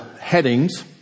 headings